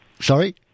Sorry